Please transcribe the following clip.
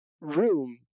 room